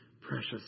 precious